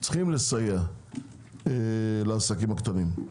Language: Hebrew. צריך לסייע לעסקים הקטנים.